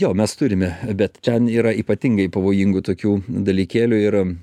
jo mes turime bet ten yra ypatingai pavojingų tokių dalykėlių ir